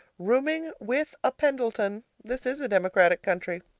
rooming with a pendleton. this is a democratic country.